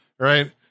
right